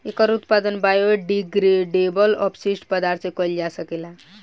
एकर उत्पादन बायोडिग्रेडेबल अपशिष्ट पदार्थ से कईल जा सकेला